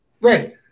Right